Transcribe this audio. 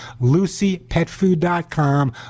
LucyPetFood.com